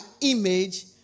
image